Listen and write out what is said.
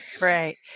Right